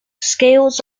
scales